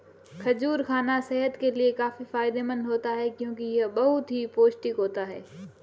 खजूर खाना सेहत के लिए काफी फायदेमंद होता है क्योंकि यह बहुत ही पौष्टिक होता है